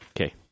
Okay